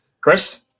Chris